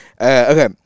Okay